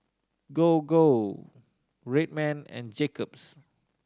Gogo Red Man and Jacob's